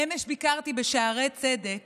אמש ביקרתי בשערי צדק